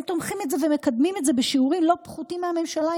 הם תומכים בזה ומקדמים את זה בשיעורים לא פחותים מהממשלה,